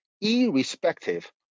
irrespective